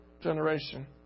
generation